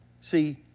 See